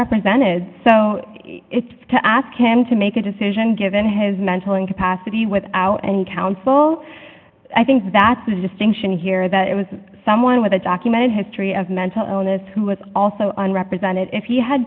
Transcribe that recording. represented to ask him to make a decision given his mental incapacity without any counsel i think that's the distinction here that it was someone with a documented history of mental illness who was also on represented if he had